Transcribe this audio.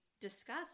discuss